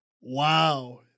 wow